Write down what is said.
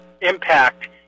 impact